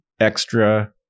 Extra